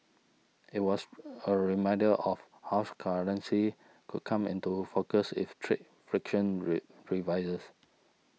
it was a reminder of how currency could come into focus if trade friction re revises